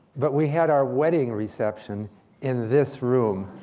but we had our wedding reception in this room.